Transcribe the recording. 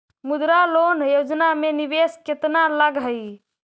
मुद्रा लोन योजना में निवेश केतना लग हइ?